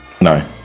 No